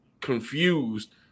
confused